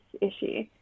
issue